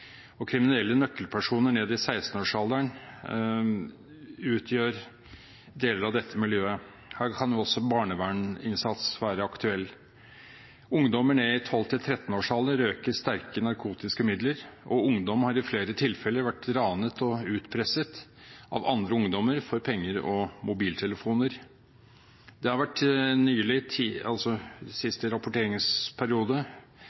og kriminelle nøkkelpersoner ned i 16-årsalderen utgjør deler av dette miljøet. Her kan også barnevernsinnsats være aktuelt. Ungdommer ned i 12–13-årsalderen røyker sterke narkotiske midler, og ungdom har i flere tilfeller blitt ranet og utpresset av andre ungdommer for penger og mobiltelefoner. Det har i siste rapporteringsperiode vært ti